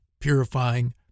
purifying